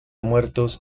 muertos